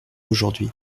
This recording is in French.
aujourd’hui